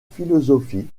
philosophie